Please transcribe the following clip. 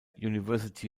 university